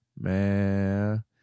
man